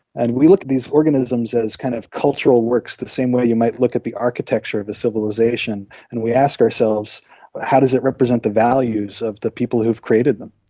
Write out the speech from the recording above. and we look at these organisms as kind of cultural works, the same way you might look at the architecture of a civilisation, and we ask ourselves how does it represent the values of the people who have created them.